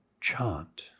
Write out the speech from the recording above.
chant